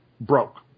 broke